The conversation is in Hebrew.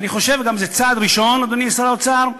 ואני חושב שזה צעד ראשון, אדוני שר האוצר,